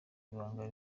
ibanga